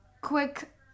Quick